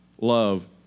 Love